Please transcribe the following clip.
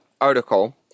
article